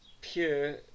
pure